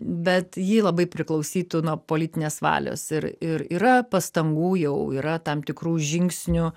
bet ji labai priklausytų nuo politinės valios ir ir yra pastangų jau yra tam tikrų žingsnių